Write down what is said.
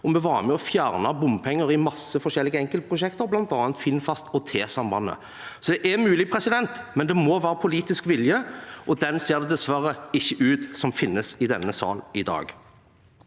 og vi var med og fjernet bompenger i masse forskjellige enkeltprosjekter, bl.a. Finnfast og T-sambandet. Det er altså mulig, men det må være politisk vilje, og den ser det dessverre ikke ut som finnes i denne sal i dag.